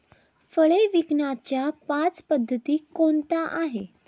फळे विकण्याच्या पाच पद्धती कोणत्या आहेत?